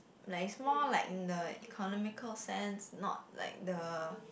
like is more like in the economical sense not like the